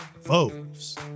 Foes